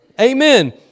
Amen